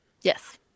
yes